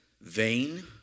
vain